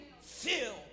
filled